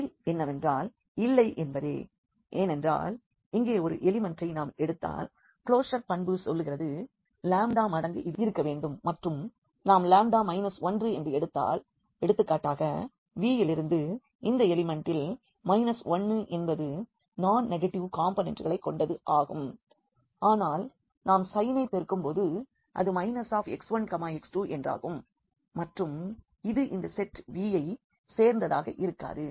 பதில் என்னவென்றால் இலை என்பதே ஏனென்றால் இங்கே ஒரு எலிமெண்ட்டை நாம் எடுத்தால் க்ளோஷர் பண்பு சொல்கிறது மடங்கு இது இருக்க வேண்டும் மற்றும் நாம் லாம்டா 1 என்று எடுத்தால் எடுத்துக்காட்டாக V யிலிருந்து இந்த எலிமெண்ட்டில் 1 என்பது நான் நெகட்டிவ் காம்போனெண்ட்களை கொண்டது ஆகும் ஆனால் நாம் சைனை பெருக்கும்போது அது x1x2 என்றாகும் மற்றும் இது இந்த செட் V ஐ சேர்ந்ததாக இருக்காது